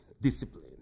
discipline